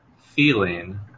feeling